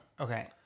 Okay